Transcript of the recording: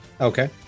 Okay